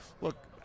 look